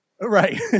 right